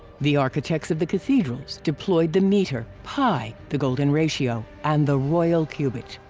the architects of the cathedrals deployed the meter, pi, the golden ratio and the royal cubit.